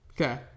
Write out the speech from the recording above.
Okay